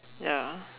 ya